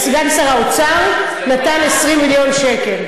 סגן שר האוצר נתן 20 מיליון שקל.